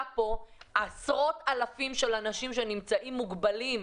פה עשרות אלפי אנשים שנמצאים מוגבלים,